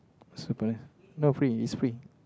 super no free it's free